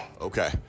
Okay